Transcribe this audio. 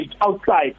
outside